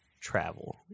travel